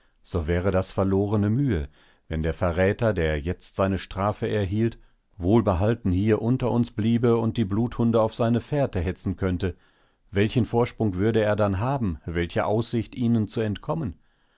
so wäre das verlorene mühe wenn der verräter der jetzt seine strafe erhielt wohlbehalten hier unter uns bliebe und die bluthunde auf seine fährte hetzen könnte welchen vorsprung würde er dann haben welche aussicht ihnen zu entkommen